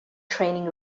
training